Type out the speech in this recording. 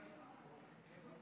50 חברי כנסת נגד.